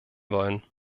wollen